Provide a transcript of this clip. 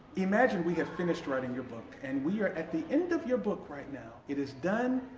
imagine we have finished writing your book and we are at the end of your book right now. it is done.